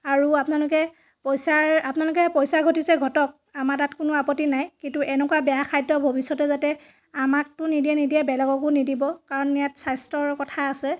আৰু আপোনালোকে পইচাৰ আপোনালোকে পইচা ঘটিছে ঘটক আমাৰ তাত কোনো আপত্তি নাই কিন্তু এনেকুৱা বেয়া খাদ্য ভৱিষ্যতে যাতে আমাকটো নিদিয়ে নিদিয়েই বেলেগকো নিদিব কাৰণ ইয়াত স্বাস্থ্যৰ কথা আছে